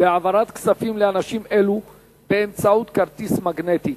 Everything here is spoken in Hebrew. בהעברת כספים לאנשים אלו באמצעות כרטיס מגנטי,